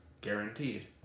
guaranteed